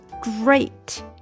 great